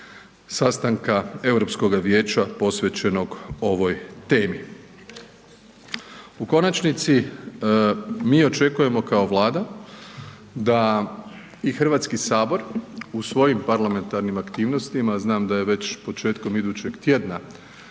sastanka Europskoga vijeća posvećenog ovoj temi. U konačnici, mi očekujemo kao Vlada da i Hrvatski sabor u svojim parlamentarnim aktivnostima, a znam da je već početkom idućeg tjedna